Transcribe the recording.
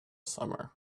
summer